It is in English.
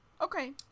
Okay